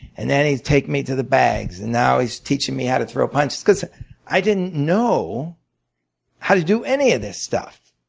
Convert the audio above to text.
and then he'd take me to the bags, and now he's teaching me how to throw punches. because i didn't know how to do any of this stuff.